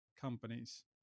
companies